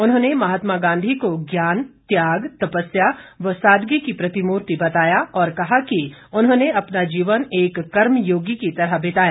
उन्होंने महात्मा गांधी को ज्ञान त्याग तपस्या व सादगी की प्रतिमूर्ति बताया और कहा कि उन्होंने अपना जीवन एक कर्मयोगी की तरह बिताया